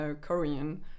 Korean